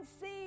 see